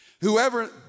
Whoever